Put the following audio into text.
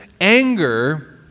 anger